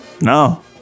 no